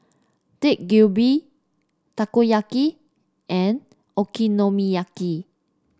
Dak Galbi Takoyaki and Okonomiyaki